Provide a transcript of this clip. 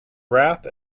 wrath